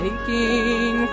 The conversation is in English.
Taking